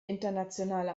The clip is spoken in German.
internationale